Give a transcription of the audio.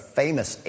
famous